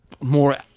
more